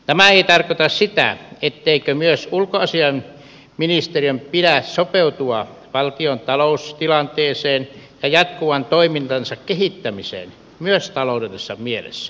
tämä ei tarkoita sitä etteikö myös ulkoasiainministeriön pidä sopeutua valtion taloustilanteeseen ja jatkuvaan toimintansa kehittämiseen myös taloudellisessa mielessä